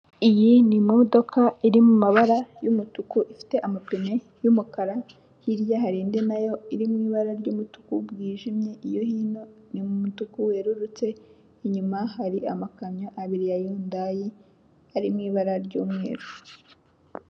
Iyi ni imodoka iri mu mabara y'umutuku ifite amapine y'umukara hirya hari indi nayo iri mu ibara ry'umutuku bwijimye iyo hino ni mu mutuku werurutse inyuma hari amakamyo abiri ya yundai ari mu ibara ry'umweru.